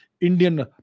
indian